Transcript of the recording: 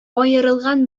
аерылган